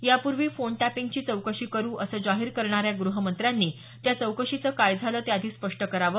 यापूर्वी फोन टॅपिंगची चौकशी करु असं जाहीर करणाऱ्या गृहमंत्र्यांनी त्या चौकशीचं काय झालं ते आधी स्पष्ट करावं